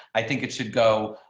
i think it should go.